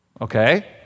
Okay